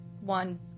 one